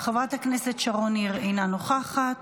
חברת הכנסת שרון ניר, אינה נוכחת,